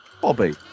Bobby